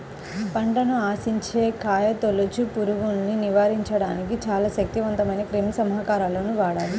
పంటను ఆశించే కాయతొలుచు పురుగుల్ని నివారించడానికి చాలా శక్తివంతమైన క్రిమిసంహారకాలను వాడాలి